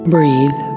Breathe